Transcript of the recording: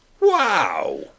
Wow